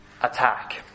attack